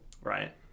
Right